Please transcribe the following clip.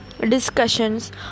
discussions